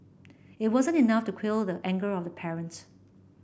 it wasn't enough to quell the anger of the parents